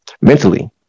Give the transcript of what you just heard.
Mentally